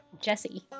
Jesse